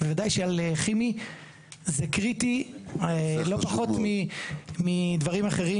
זה קריטי לא פחות מדברים אחרים.